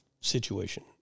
situation